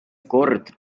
kord